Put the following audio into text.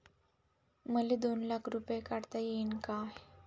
मले दोन लाख रूपे काढता येईन काय?